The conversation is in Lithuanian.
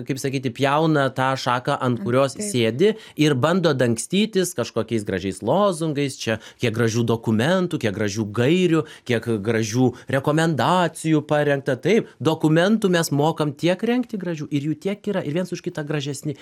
kaip sakyti pjauna tą šaką ant kurios sėdi ir bando dangstytis kažkokiais gražiais lozungais čia kiek gražių dokumentų kiek gražių gairių kiek gražių rekomendacijų parengta taip dokumentų mes mokam tiek rengti gražių ir jų tiek yra ir viens už kitą gražesni